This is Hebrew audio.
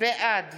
בעד